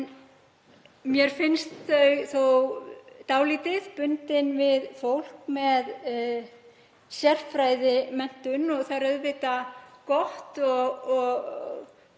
En mér finnst þau þó dálítið bundin við fólk með sérfræðimenntun. Það er auðvitað gott og